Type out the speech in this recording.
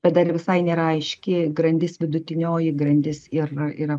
bet dar visai nėra aiški grandis vidutinioji grandis ir yra